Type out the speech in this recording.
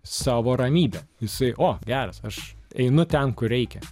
savo ramybę jisai o geras aš einu ten kur reikia